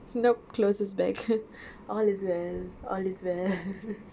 nope closes back all is all is well